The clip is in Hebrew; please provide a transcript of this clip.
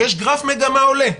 שיש גרף מגמה עולה,